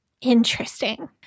interesting